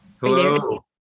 Hello